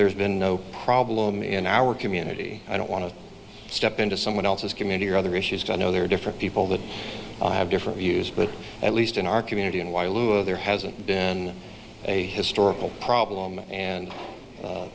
there's been no problem in our community i don't want to step into someone else's community or other issues i know there are different people that have different views but at least in our community and while lula there hasn't been a historical problem and